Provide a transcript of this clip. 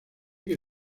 que